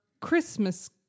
Christmas